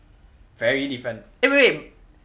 very different eh wait